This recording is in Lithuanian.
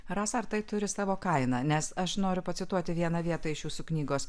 rasa ar tai turi savo kainą nes aš noriu pacituoti vieną vietą iš jūsų knygos